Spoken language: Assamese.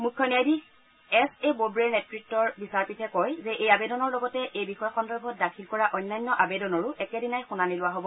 মুখ্য ন্যায়াধীশ এছ এ বোবড়েৰ নেতৃত্বৰ বিচাৰপীঠে কয় যে এই আবেদনৰ লগতে এই বিষয় সন্দৰ্ভত দাখিল কৰা অন্যান্য আবেদনৰো একেদিনাই শুনানি লোৱা হ'ব